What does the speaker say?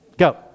Go